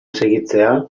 segitzea